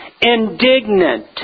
indignant